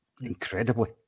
Incredibly